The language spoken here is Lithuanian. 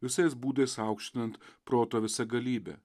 visais būdais aukštinant proto visagalybę